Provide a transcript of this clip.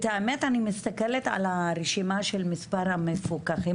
אני מסתכלת על הרשימה של מספר המפוקחים